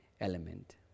element